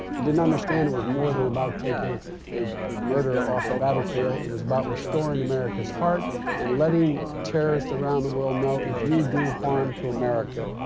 he didn't understand it was more than about taking a a murderer off the battlefield it was about restoring america's heart and letting terrorists around the world know if you do harm to america,